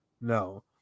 No